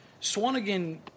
Swanigan